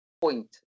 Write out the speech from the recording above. point